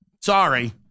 sorry